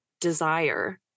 desire